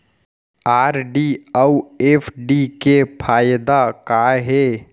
RD अऊ FD के फायेदा का हे?